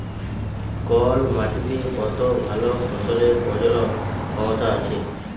call মাটিতে কত ভাল ফসলের প্রজলল ক্ষমতা আছে